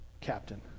captain